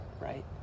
right